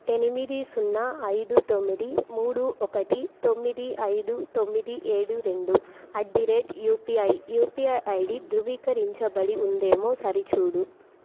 ఎనిమిది సున్నా ఐదు తొమ్మిది మూడు ఒకటి తొమ్మిది ఐదు తొమ్మిది ఏడు రెండు at the rate UPI UPI ID ధృవీకరించబడి ఉందేమో సరిచూడు